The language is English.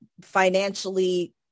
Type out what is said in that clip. financially